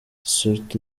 stuart